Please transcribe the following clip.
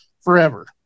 forever